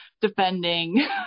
defending